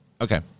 Okay